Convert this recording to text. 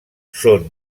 són